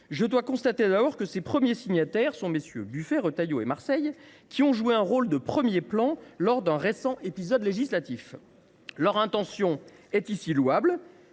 Je constate tout d’abord que ses premiers signataires sont MM. Buffet, Retailleau et Marseille, qui ont joué un rôle de premier plan lors d’un récent épisode législatif… Leur intention est louable,